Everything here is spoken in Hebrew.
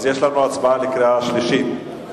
אז יש לנו הצבעה בקריאה שלישית,